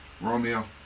Romeo